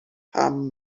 pam